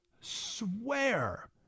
swear